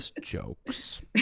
jokes